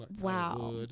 Wow